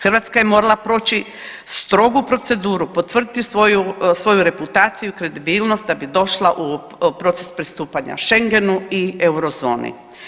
Hrvatska je morala proći strogu proceduru, potvrditi svoju reputaciju i kredibilnost da bi došla u proces pristupanja schengenu i Eurozoni.